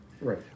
Right